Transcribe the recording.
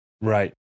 right